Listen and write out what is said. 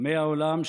עמי העולם,